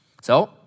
So-